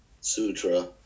Sutra